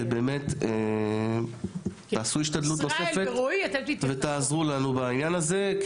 שבאמת תעשו השתדלות נוספת ותעזרו לנו בעניין הזה,